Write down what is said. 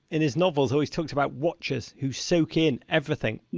in his novels, always talk about watchers who soak in everything.